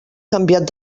canviat